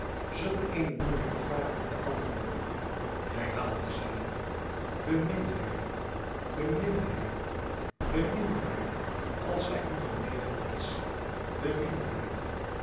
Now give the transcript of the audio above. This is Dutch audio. zulk eene moeielijke vraag te beantwoorden herhaalde zij bemin haar bemin haar bemin haar als zij u genegen is bemin haar